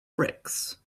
bricks